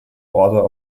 order